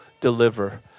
deliver